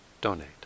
donate